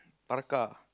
parka ah